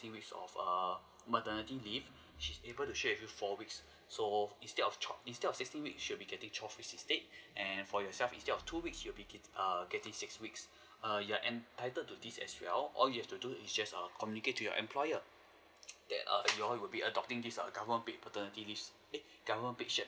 weeks of err maternity leave she's able to share with you four weeks so instead of twelve instead of sixteen week she will be getting twelve week instead and for yourself instead of two weeks you'll be get~ err getting six weeks err you're entitled to this as well all you have to do is just err communicate to your employer that err you all would be adopting this err government paid paternity leave eh government paid shared